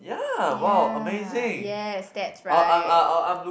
ya yes that's right